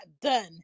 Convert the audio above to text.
done